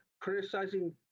criticizing